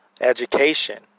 Education